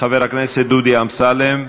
חבר הכנסת דודו אמסלם.